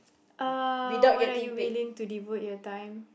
uh what are you willing to devote your time